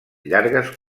llargues